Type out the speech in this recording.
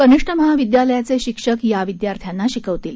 कनिष्ठ महाविद्यालयाचे शिक्षक या विद्यार्थ्यांना शिकवतील